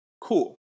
Cool